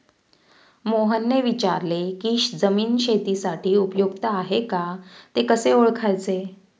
मोहनने विचारले की जमीन शेतीसाठी उपयुक्त आहे का ते कसे ओळखायचे?